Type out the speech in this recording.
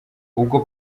ubwo